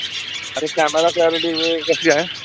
आणि camera clarity वे कशी आहे